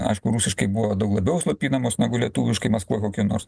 aišku rusiškai buvo daug labiau slopinamos negu lietuviškai maskvoj kokioj nors